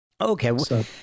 Okay